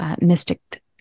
mystic